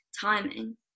timing